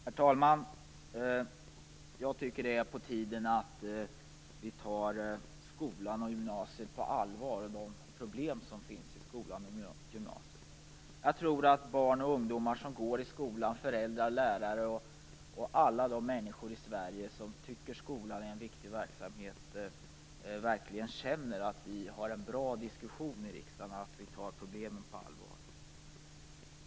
Herr talman! Det är på tiden att vi tar skolan och gymnasiet och de problem som finns där på allvar. Barn och ungdomar som går i skolan, föräldrar och lärare och alla de människor i Sverige som tycker att skolan är en viktig verksamhet måste verkligen få känna att vi har en bra diskussion i riksdagen och att vi tar problemen på allvar.